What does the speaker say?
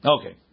Okay